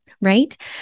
right